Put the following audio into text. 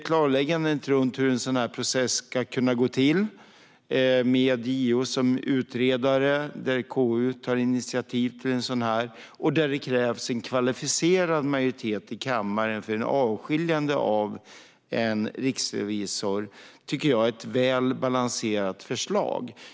Klarläggandet om hur en process ska gå till, med JO som utredare, där KU tar initiativ och där det krävs en kvalificerad majoritet i kammaren för att skilja en riksrevisor från uppdraget, tycker jag är ett välbalanserat förslag.